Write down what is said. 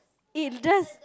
if that's